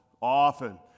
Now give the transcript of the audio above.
often